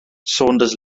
saunders